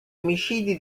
omicidi